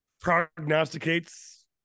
prognosticates